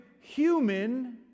human